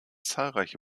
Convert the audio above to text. zahlreiche